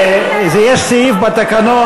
יש סעיף בתקנון,